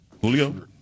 Julio